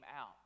out